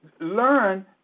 learn